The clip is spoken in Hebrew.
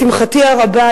לשמחתי הרבה,